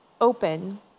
open